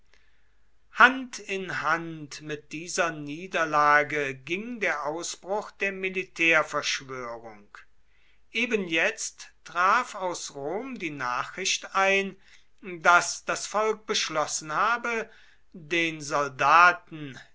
hand in hand mit dieser niederlage ging der ausbruch der militärverschwörung ebenjetzt traf aus rom die nachricht ein daß das volk beschlossen habe den soldaten